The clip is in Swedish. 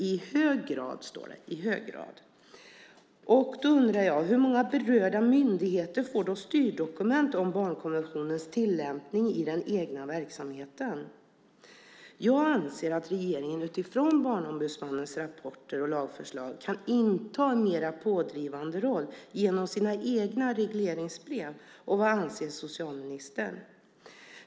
Det står "i hög grad". Då undrar jag: Hur många berörda myndigheter får styrdokument om barnkonventionens tillämpning i den egna verksamheten? Jag anser att regeringen utifrån Barnombudsmannens rapporter och lagförslag kan inta en mer pådrivande roll genom sina egna regleringsbrev. Vad anser socialministern?